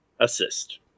assist